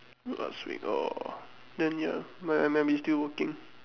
last week orh then ya I I might be still working